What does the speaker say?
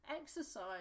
Exercise